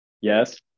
Yes